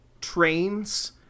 trains